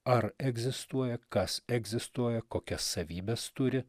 ar egzistuoja kas egzistuoja kokias savybes turi